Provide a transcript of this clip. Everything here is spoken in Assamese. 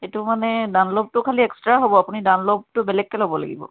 সেইটো মানে ডানলপটো খালি এক্সট্ৰা হ'ব আপুনি দানলপটো বেলেগেকৈ ল'ব লাগিব